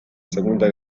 segunda